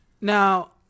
now